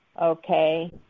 Okay